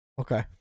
Okay